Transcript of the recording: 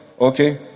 Okay